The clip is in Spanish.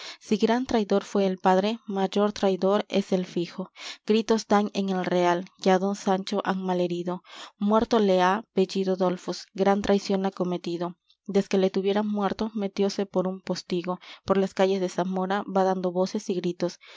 si gran traidor fué el padre mayor traidor es el fijo gritos dan en el real que á don sancho han mal herido muerto le ha bellido dolfos gran traición ha cometido desque le tuviera muerto metióse por un postigo por las calles de zamora va dando voces y gritos